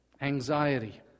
Anxiety